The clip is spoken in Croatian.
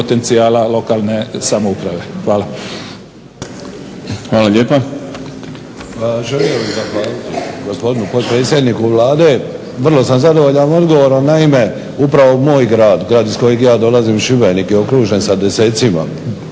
potencijala lokalne samouprave. Hvala. **Šprem,